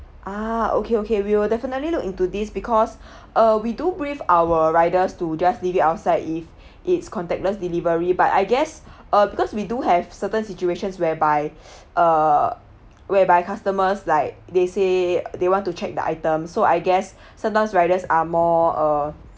ah okay okay we will definitely look into this because uh we do brief our riders to just leave it outside if it's contactless delivery but I guess uh because we do have certain situations whereby uh whereby customers like they say they want to check the items so I guess sometimes riders are more uh